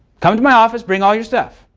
come to my office. bring all your stuff,